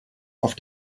auf